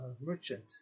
merchant